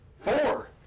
Four